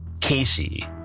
Casey